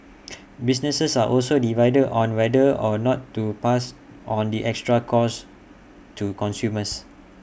businesses are also divided on whether or not to pass on the extra costs to consumers